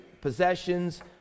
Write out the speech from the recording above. possessions